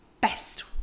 best